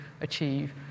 achieve